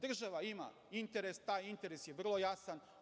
Država ima interes, a taj interes je vrlo jasan.